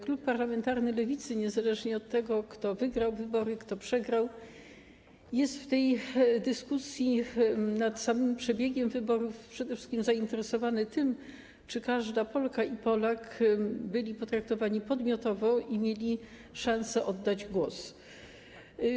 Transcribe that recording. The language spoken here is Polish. Klub parlamentarny Lewicy niezależnie od tego, kto wygrał wybory, kto je przegrał, jest w dyskusji nad samym przebiegiem wyborów przede wszystkim zainteresowany tym, czy każda Polka i każdy Polak byli potraktowani podmiotowo i mieli szansę oddać głos.